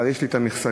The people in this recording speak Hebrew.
אבל יש לי גם המכסה.